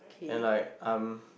and like I'm